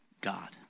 God